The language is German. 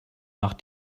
nach